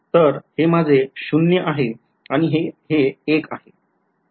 तर हे माझे शून्य ० आहे आणि हे एक १ आहे